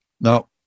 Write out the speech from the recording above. Now